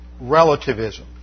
relativism